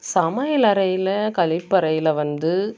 சமையலறையில் கழிப்பறையில் வந்து